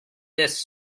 this